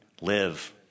Live